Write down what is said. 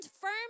firm